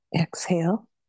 Exhale